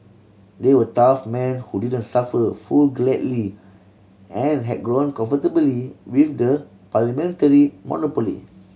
they were tough men who didn't suffer fool gladly and had grown comfortably with the parliamentary monopoly